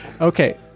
Okay